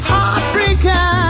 Heartbreaker